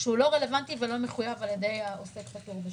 שהוא לא רלוונטי ולא מחויב על ידי עוסק פטור בשגרה?